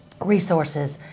resources